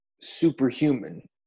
superhuman